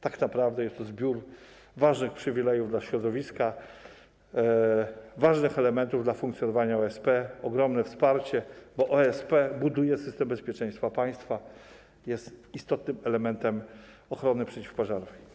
Tak naprawdę jest to zbiór ważnych przywilejów dla środowiska, ważnych elementów dla funkcjonowania OSP, ogromne wsparcie, bo OSP buduje system bezpieczeństwa państwa, jest istotnym elementem ochrony przeciwpożarowej.